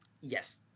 Yes